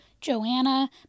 Joanna